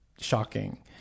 shocking